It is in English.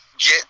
get